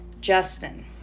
Justin